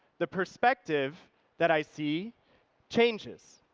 the perspective that i see changes.